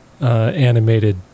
animated